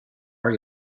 are